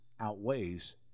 outweighs